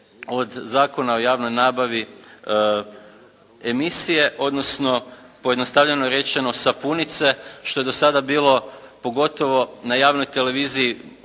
od Zakona o javnoj nabavi emisije odnosno pojednostavljeno rečeno sapunice što je do sada bilo pogotovo na javnoj televiziji